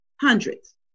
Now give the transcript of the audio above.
hundreds